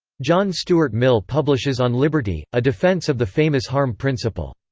john stuart mill publishes on liberty, a defence of the famous harm principle.